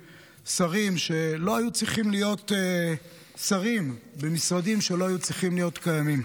שרים שלא היו צריכים להיות שרים במשרדים שלא היו צריכים להיות קיימים.